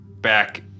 back